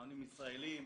מאמנים ישראליים,